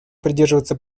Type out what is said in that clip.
придерживаться